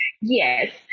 Yes